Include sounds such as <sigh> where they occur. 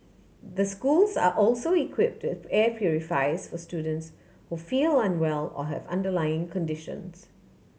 the schools are also equipped <unintelligible> air purifiers for students who feel unwell or have underlying conditions